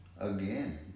Again